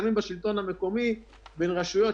השלטון המקומי ופורום ראשי הרשויות